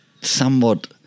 somewhat